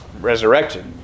resurrected